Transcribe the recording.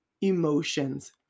emotions